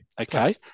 okay